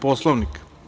Poslovnika?